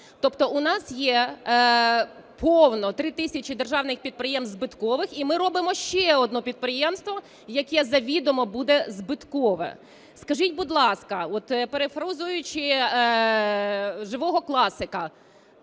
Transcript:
Тобто в нас є повно, 3 тисячі, державних підприємств збиткових і ми робимо ще одне підприємство, яке завідомо буде збиткове. Скажіть, будь ласка, перифразуючи живого класика,